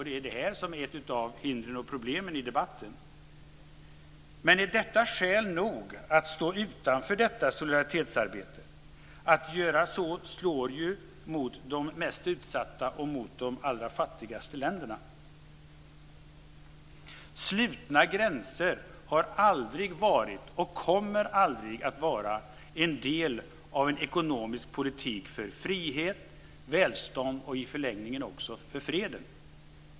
Det är ett av hindren och problemen i debatten. Men är det skäl nog att stå utanför detta solidaritetsarbete? Att göra så slår mot de mest utsatta och de allra fattigaste länderna. Slutna gränser har aldrig varit och kommer aldrig att vara en del av en ekonomisk politik för frihet, välstånd och i förlängningen också för freden.